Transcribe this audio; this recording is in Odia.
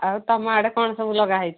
ଆଉ ତମ ଆଡ଼େ କଣ ସବୁ ଲଗାହେଇଛି